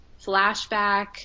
flashback